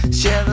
share